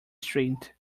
street